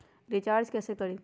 Recharge कैसे करीब?